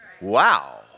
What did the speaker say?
wow